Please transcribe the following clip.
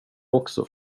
också